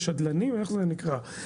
שדלנים, איך זה נקרא?